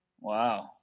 Wow